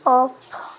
of